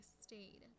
stayed